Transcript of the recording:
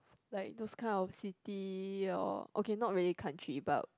like those kind of city or okay not really country but